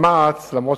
מוכרים?